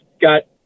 got